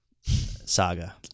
saga